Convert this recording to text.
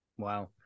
Wow